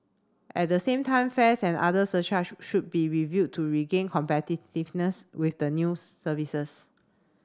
at the same time fares and other surcharge should be reviewed to regain competitiveness with the new services